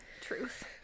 Truth